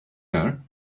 her